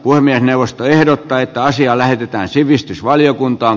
puhemiesneuvosto ehdottaa että asia lähetetään sivistysvaliokuntaan